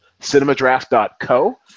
cinemadraft.co